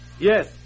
Yes